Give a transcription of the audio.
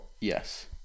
yes